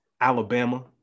Alabama